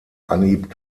anhieb